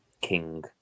king